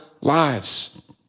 lives